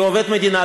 כי הוא עובד מדינה.